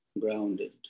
grounded